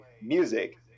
music